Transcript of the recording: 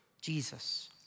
Jesus